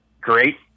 great